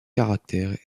caractère